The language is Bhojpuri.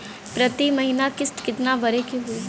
प्रति महीना किस्त कितना भरे के होई?